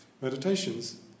meditations